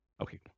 Okay